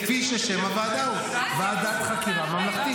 -- כפי ששם הוועדה הוא "ועדת חקירה ממלכתית".